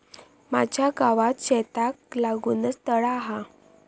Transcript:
माझ्या गावात शेताक लागूनच तळा हा